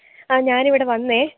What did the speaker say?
ആ ഞാൻ ഇവിടെ വന്നു